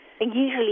usually